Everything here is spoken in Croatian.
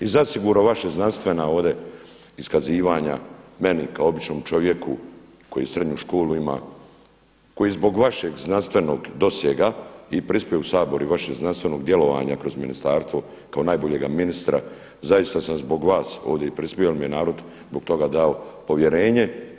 I zasigurno vaša znanstvena ovdje iskazivanja meni kao običnom čovjeku koji srednju školu ima, koji zbog vašeg znanstvenog dosega i prispio u Sabor i vašeg znanstvenog djelovanja kroz ministarstvo kao najboljega ministra zaista sam zbog vas ovdje i prispio, jer mi je narod zbog toga dao povjerenje.